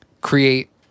create